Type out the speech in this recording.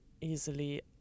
easily